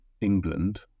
England